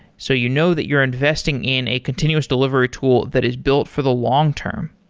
so you know that you're investing in a continuous delivery tool that is built for the long-term.